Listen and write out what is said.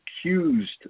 accused